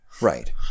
Right